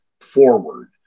forward